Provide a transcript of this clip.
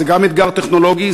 זה גם אתגר טכנולוגי,